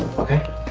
okay,